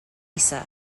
lisa